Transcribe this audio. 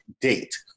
date